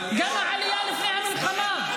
גם עלייה לפני המלחמה,